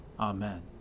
Amen